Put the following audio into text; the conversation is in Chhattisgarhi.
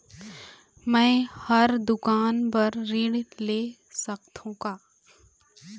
मैं हर दुकान बर ऋण ले सकथों का?